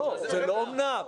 "אמנם".